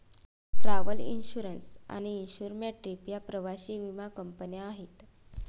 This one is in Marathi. ट्रॅव्हल इन्श्युरन्स आणि इन्सुर मॅट्रीप या प्रवासी विमा कंपन्या आहेत